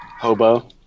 Hobo